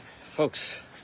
folks